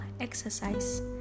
Exercise